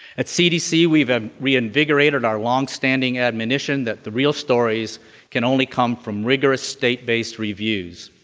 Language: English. at cdc we've ah reinvigorated our long-standing admonition that the real stories can only come from rigorous state-based reviews.